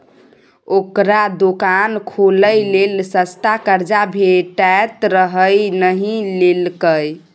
ओकरा दोकान खोलय लेल सस्ता कर्जा भेटैत रहय नहि लेलकै